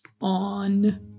on